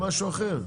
בנקים זה משהו אחר.